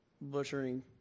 butchering